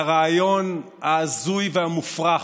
של הרעיון ההזוי והמופרך